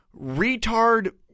retard